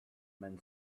men